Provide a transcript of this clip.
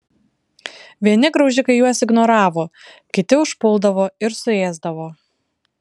vieni graužikai juos ignoravo kiti užpuldavo ir suėsdavo